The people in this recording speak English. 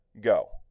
Go